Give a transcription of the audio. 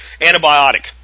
Antibiotic